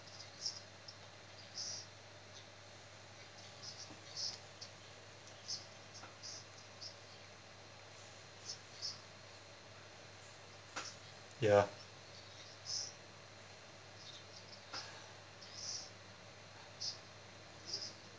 ya